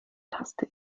taste